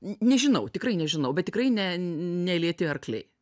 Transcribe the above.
nežinau tikrai nežinau bet tikrai ne ne lėti arkliai